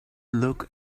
look